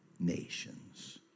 nations